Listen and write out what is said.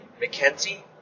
McKenzie